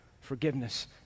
forgiveness